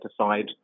aside